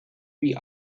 wie